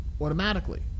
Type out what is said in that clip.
automatically